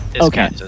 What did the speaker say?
Okay